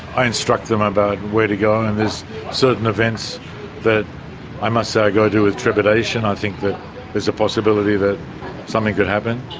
i instruct them about where to go. and there's certain events that i must say i go to with trepidation, i think that there's a possibility that something could happen